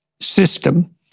system